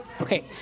Okay